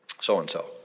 so-and-so